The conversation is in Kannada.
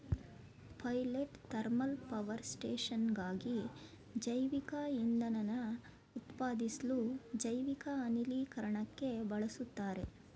ಪೈಲಟ್ ಥರ್ಮಲ್ಪವರ್ ಸ್ಟೇಷನ್ಗಾಗಿ ಜೈವಿಕಇಂಧನನ ಉತ್ಪಾದಿಸ್ಲು ಜೈವಿಕ ಅನಿಲೀಕರಣಕ್ಕೆ ಬಳುಸ್ತಾರೆ